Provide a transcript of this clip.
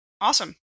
Awesome